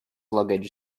luggage